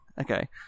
Okay